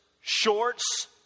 shorts